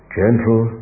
gentle